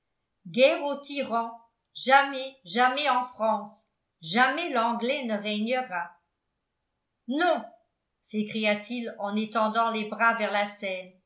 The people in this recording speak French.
guerre aux tyrans jamais jamais en france jamais l'anglais ne régnera non s'écria-t-il en étendant les bras vers la scène